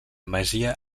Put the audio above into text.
masia